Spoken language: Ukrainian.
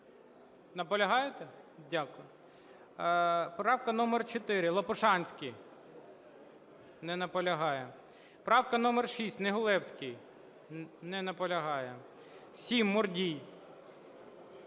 Наполягаєте? Дякую. Правка номер 4, Лопушанський. Не наполягає. Правка номер 6, Негулевський. Не наполягає. 7, Мурдій.